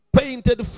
painted